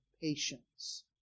patience